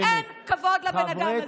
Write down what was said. לי אין כבוד לבן אדם הזה.